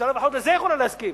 הממשלה לפחות לזה יכולה להסכים,